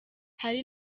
hari